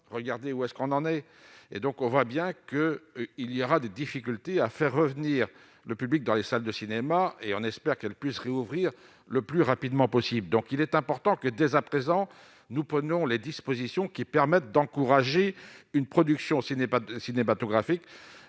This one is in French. regardez où est-ce qu'on en est et donc on voit bien que il y aura des difficultés à faire revenir le public dans les salles de cinéma et on espère qu'elle puisse réouvrir le plus rapidement possible, donc il est important que dès à présent, nous prenons les dispositions qui permettent d'encourager une production ce n'est pas de